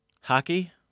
Hockey